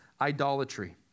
idolatry